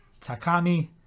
Takami